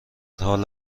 حال